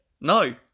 No